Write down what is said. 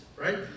right